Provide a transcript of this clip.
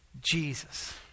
Jesus